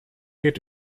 geht